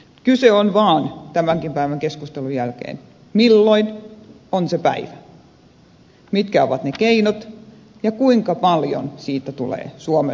kyse on vaan tämänkin päivän keskustelun jälkeen siitä milloin on se päivä mitkä ovat ne keinot ja kuinka paljon siitä tulee suomelle maksettavaksi